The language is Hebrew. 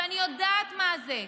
אני יודעת מה זה.